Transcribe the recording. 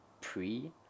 Pre